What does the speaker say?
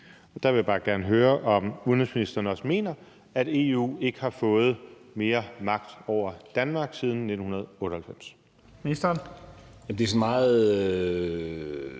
Der vil jeg bare gerne høre, om udenrigsministeren også mener, at EU ikke har fået mere magt over Danmark siden 1998.